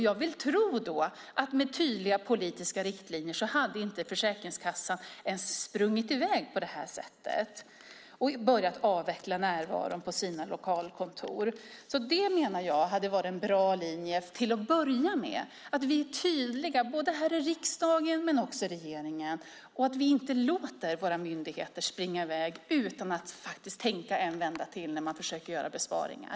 Jag vill tro att med tydliga politiska riktlinjer hade inte Försäkringskassan sprungit i väg på det här sättet och börjat avveckla närvaron på de lokala kontoren. Jag menar att det hade varit en bra linje om vi både här i riksdagen och i regeringen hade varit tydliga. Vi ska inte låta våra myndigheter springa i väg utan att tänka en vända till när de försöker göra besparingar.